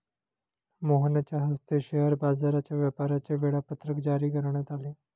मोहनच्या हस्ते शेअर बाजाराच्या व्यापाराचे वेळापत्रक जारी करण्यात आले